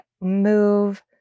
move